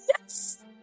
Yes